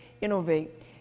innovate